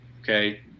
Okay